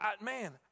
man